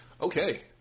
Okay